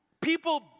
People